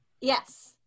Yes